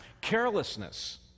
Carelessness